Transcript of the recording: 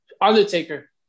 undertaker